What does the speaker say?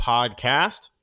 Podcast